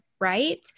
right